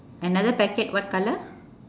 another packet what colour